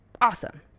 awesome